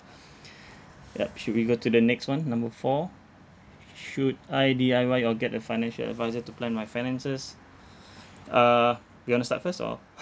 yup should we go to the next one number four should I D_I_Y or get a financial adviser to plan my finances uh you want to start first or